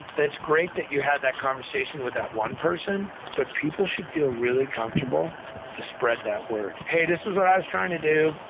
that's great that you had that conversation with that one person, but people should feel really comfortable to spread that word. hey, this is what i was trying to do,